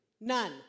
none